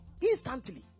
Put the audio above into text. instantly